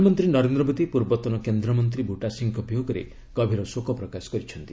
ପ୍ରଧାନମନ୍ତ୍ରୀ ନରେନ୍ଦ୍ରମୋଦି' ପୂର୍ବତନ କେନ୍ଦ୍ରମନ୍ତ୍ରୀ ବୁଟା ସିଂହଙ୍କ ବିୟୋଗରେ ଗଭୀର ଶୋକପ୍ରକାଶ କରିଛନ୍ତି